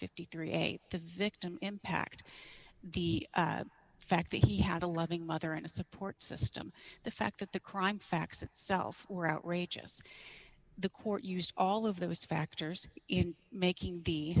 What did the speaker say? eight the victim impact the fact that he had a loving mother and a support system the fact that the crime facts itself were outrageous the court used all of those factors in making the